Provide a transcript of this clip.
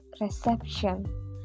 reception